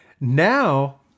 Now